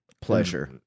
pleasure